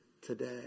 today